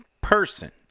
person